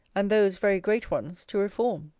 and those very great ones, to reform?